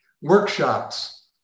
workshops